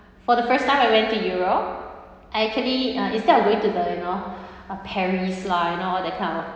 for the first time I went to europe I actually uh instead of going to the you know paris lah you know all that kind of